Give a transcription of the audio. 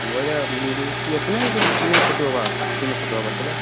ବଇଲେ ବେଶୀ ନାଇଁ ଗୁଟେ ସିନେ ଫଟୋ ହେବା ସିନେ ଫଟୋ ହେବାର୍ ଥିଲା